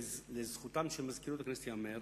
לזכותה של מזכירות הכנסת ייאמר